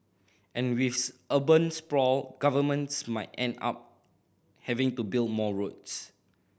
and with urban sprawl governments might end up having to build more roads